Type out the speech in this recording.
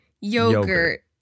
Yogurt